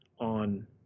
on